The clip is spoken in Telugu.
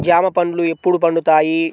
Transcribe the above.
జామ పండ్లు ఎప్పుడు పండుతాయి?